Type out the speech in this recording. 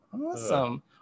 Awesome